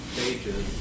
pages